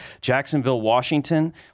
Jacksonville-Washington